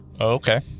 Okay